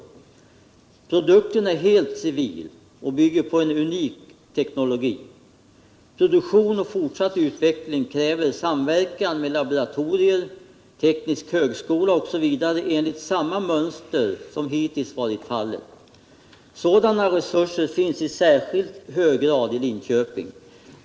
Produkten är helt civil och bygger på en unik teknologi. Produktion och fortsatt utveckling kräver samverkan med laboratorier, teknisk högskola osv. enligt samma mönster som hittills varit fallet. Sådana resurser finns i särskilt hög grad i Linköping.